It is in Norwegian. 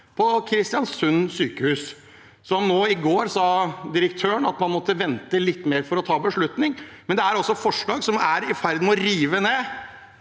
på Kristiansund sykehus. I går sa direktøren at man måtte vente litt mer for å ta en beslutning, men det er altså forslag som er i ferd med å rive ned